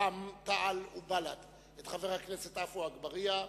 רע"ם תע"ל ובל"ד את חבר הכנסת עפו אגבאריה,